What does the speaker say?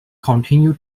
continue